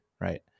Right